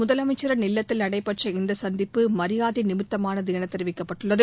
முதலமைச்சின் இல்லத்தில் நடைபெற்ற இந்தச் சந்திப்பு மரியாதை நிமித்தமானது என தெரிவிக்கப்பட்டுள்ளது